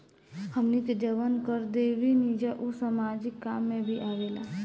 हमनी के जवन कर देवेनिजा उ सामाजिक काम में भी आवेला